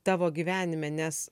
tavo gyvenime nes